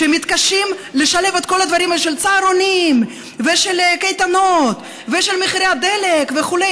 שמתקשים לשלב את כל הדברים של צהרונים ושל קייטנות ושל מחירי הדלק וכו',